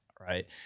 Right